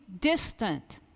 distant